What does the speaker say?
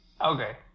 Okay